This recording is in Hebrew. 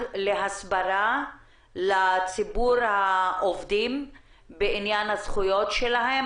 להסברה לציבור העובדים בעניין הזכויות שלהם,